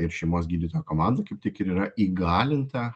ir šeimos gydytojo komanda kaip tik ir yra įgalinta